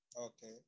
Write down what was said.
Okay